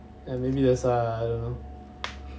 ya maybe that's why ah I don't know